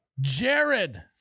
Jared